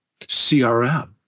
CRM